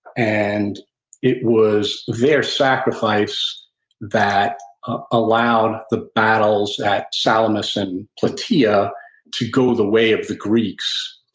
and it was their sacrifice that allowed the battles at salamis and plataea to go the way of the greeks.